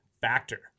Factor